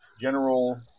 General